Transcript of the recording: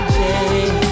change